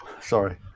sorry